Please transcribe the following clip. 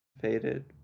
faded